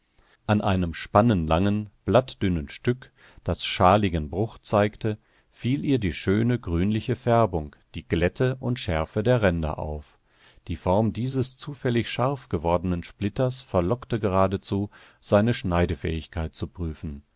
an einem spannenlangen blattdünnen stück das schaligen bruch zeigte fiel ihr die schöne grünliche färbung die glätte und schärfe der ränder auf die form dieses zufällig scharfgewordenen splitters verlockte geradezu seine schneidefähigkeit zu prüfen